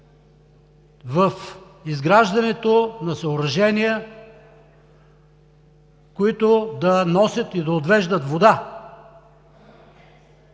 в изграждането на съоръжения, които да носят и да отвеждат вода,